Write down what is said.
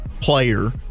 player